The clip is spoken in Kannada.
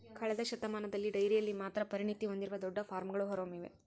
ಕಳೆದ ಶತಮಾನದಲ್ಲಿ ಡೈರಿಯಲ್ಲಿ ಮಾತ್ರ ಪರಿಣತಿ ಹೊಂದಿರುವ ದೊಡ್ಡ ಫಾರ್ಮ್ಗಳು ಹೊರಹೊಮ್ಮಿವೆ